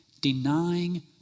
Denying